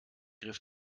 griff